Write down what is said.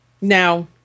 Now